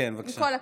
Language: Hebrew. עם כל הכבוד.